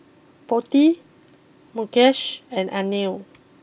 Potti Mukesh and Anil